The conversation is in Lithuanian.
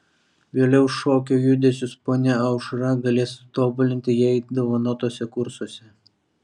vėliau šokio judesius ponia aušra galės tobulinti jai dovanotuose kursuose